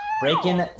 Breaking